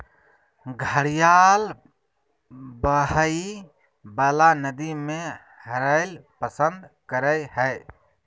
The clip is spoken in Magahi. घड़ियाल बहइ वला नदि में रहैल पसंद करय हइ